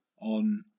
on